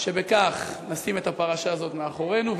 שבכך נשים את הפרשה הזאת מאחורינו,